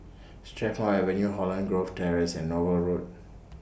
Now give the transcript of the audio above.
Strathmore Avenue Holland Grove Terrace and Nouvel Road